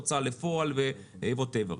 הוצאה לפועל או כל דבר.